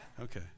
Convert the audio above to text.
Okay